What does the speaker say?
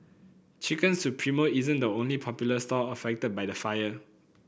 Chicken Supremo isn't the only popular stall affected by the fire